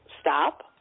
stop